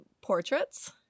portraits